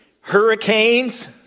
hurricanes